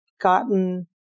gotten